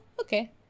okay